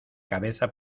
cabeza